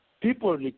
people